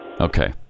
Okay